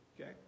Okay